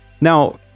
Now